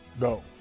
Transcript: No